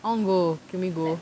I want go can we go